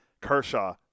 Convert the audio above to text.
Kershaw